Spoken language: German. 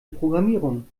programmierung